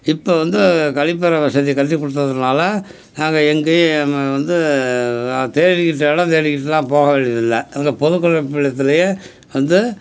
இப்போ வந்து கழிப்பற வசதி கட்டி கொடுத்ததுனால நாங்கள் எங்கேயுமு வந்து அது தேடிக்கிட்டு இடம் தேடிக்கிட்டெல்லாம் போக வேண்டியது இல்லை அந்த பொதுக்கழிப்பிடத்துலயே வந்து